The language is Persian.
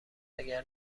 اگر